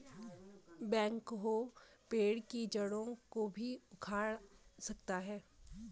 backhoe पेड़ की जड़ों को भी उखाड़ सकता है